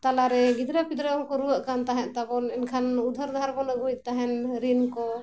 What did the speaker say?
ᱛᱟᱞᱟᱨᱮ ᱜᱤᱫᱽᱨᱟᱹ ᱯᱤᱫᱽᱨᱟᱹ ᱦᱚᱸᱠᱚ ᱨᱩᱣᱟᱹᱜ ᱠᱟᱱ ᱛᱟᱦᱮᱸᱫ ᱛᱟᱵᱚᱱ ᱮᱱᱠᱷᱟᱱ ᱩᱫᱷᱟᱹᱨ ᱫᱷᱟᱨ ᱵᱚᱱ ᱟᱹᱜᱩᱭᱮᱫ ᱛᱟᱦᱮᱱ ᱨᱤᱱ ᱠᱚ